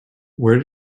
where